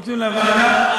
זה נדון אתם רוצים לוועדה?